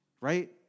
right